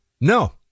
No